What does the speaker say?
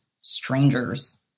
strangers